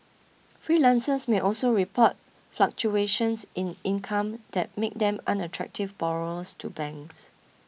freelancers may also report fluctuations in income that make them unattractive borrowers to banks